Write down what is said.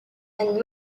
and